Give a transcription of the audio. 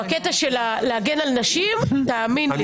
בקטע של הגנה על נשים, תאמין לי.